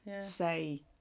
say